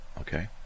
okay